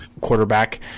quarterback